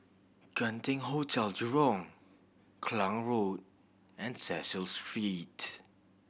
Genting Hotel Jurong Klang Road and Cecil Street